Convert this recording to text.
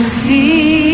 see